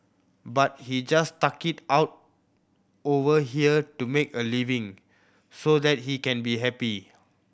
but he just stuck it out over here to make a living so that he can be happy